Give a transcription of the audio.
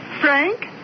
Frank